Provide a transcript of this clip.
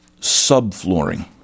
Subflooring